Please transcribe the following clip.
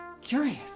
curious